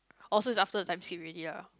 oh so it's after the time script already ah